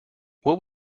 what